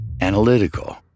Analytical